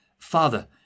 Father